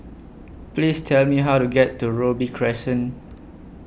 Please Tell Me How to get to Robey Crescent